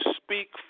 speak